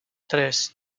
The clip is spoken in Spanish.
tres